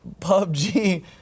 PUBG